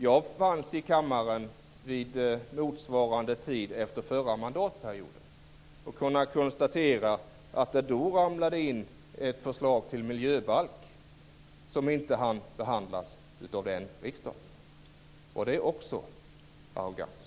Jag fanns i kammaren vid motsvarande tid under förra mandatperioden och kunde då konstatera att det ramlade in ett förslag till miljöbalk som inte hann behandlas av den riksdagen. Det är också arrogans.